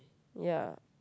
ya